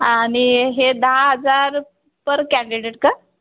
आणि हे दहा हजार पर कँडीडेट का